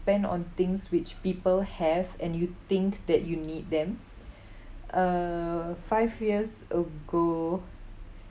spend on things which people have and you think that you need them uh five years ago